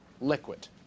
liquid